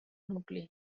nucli